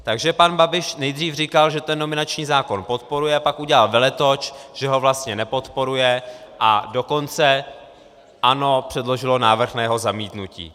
Takže pan Babiš nejdřív říkal, že ten nominační zákon podporuje, a pak udělal veletoč, že ho vlastně nepodporuje, a dokonce ANO předložilo návrh na jeho zamítnutí.